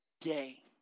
day